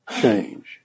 change